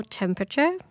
temperature